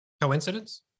coincidence